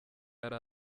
yari